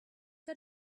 got